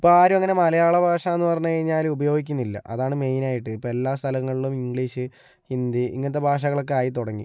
ഇപ്പം ആരും അങ്ങനെ മലയാള ഭാഷ എന്ന് പറഞ്ഞു കഴിഞ്ഞാല് ഉപയോഗിക്കുന്നില്ല അതാണ് മെയിനായിട്ട് ഇപ്പോൾ എല്ലാ സ്ഥലങ്ങളിലും ഇംഗ്ലീഷ് ഹിന്ദി ഇങ്ങനത്തെ ഭാഷകൾ ഒക്കെ ആയി തുടങ്ങി